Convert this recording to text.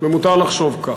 ומותר לחשוב כך.